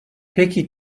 peki